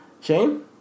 Shane